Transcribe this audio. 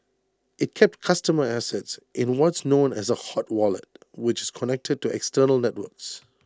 IT kept customer assets in what's known as A hot wallet which is connected to external networks